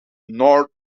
norwood